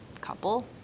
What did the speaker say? couple